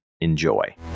Enjoy